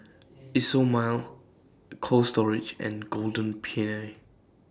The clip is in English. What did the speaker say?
Isomil Cold Storage and Golden Peony